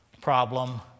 problem